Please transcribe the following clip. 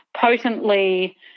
potently